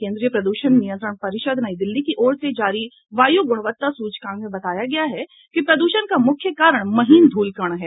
केन्द्रीय प्रदूषण नियंत्रण परिषद नई दिल्ली की ओर से जारी वायु गुणवत्ता सूचकांक में बताया गया है कि प्रद्षण का मुख्य कारण महीन धूलकण हैं